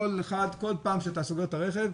כל פעם שאתה סוגר את הרכב,